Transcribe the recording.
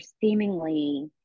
seemingly